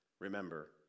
Remember